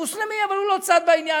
מוסלמי, אבל הוא לא צד בעניין.